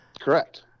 Correct